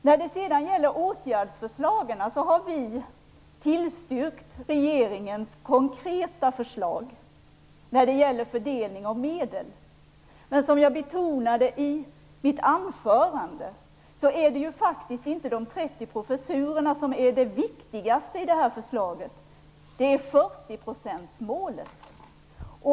Vi har tillstyrkt regeringens konkreta förslag på åtgärder när det gäller fördelning av medel. Men som jag betonade i mitt anförande är det faktiskt inte de 30 professurerna som är det viktigaste i det här förslaget. Det viktigaste är 40-procentsmålen.